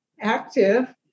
active